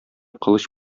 кылыч